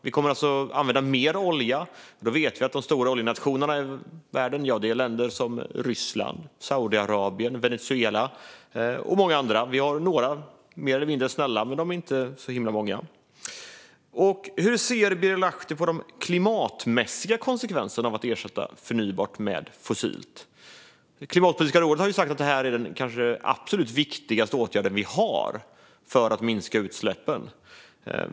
Vi kommer alltså att använda mer olja, och vi vet att de stora oljenationerna i världen är länder som Ryssland, Saudiarabien, Venezuela och många andra. Det finns också några mer eller mindre snälla, men de är inte så himla många. Hur ser Birger Lahti på de klimatmässiga konsekvenserna av att ersätta förnybart med fossilt? Klimatpolitiska rådet har sagt att detta kanske är den absolut viktigaste åtgärd vi har för att minska utsläppen.